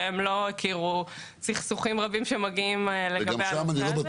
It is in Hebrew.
והם לא הכירו סכסוכים רבים שמגיעים לגבי הנושא הזה.